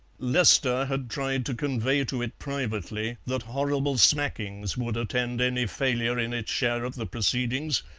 lester had tried to convey to it privately that horrible smackings would attend any failure in its share of the proceedings,